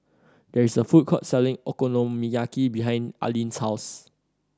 there is a food court selling Okonomiyaki behind Aleen's house